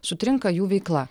sutrinka jų veikla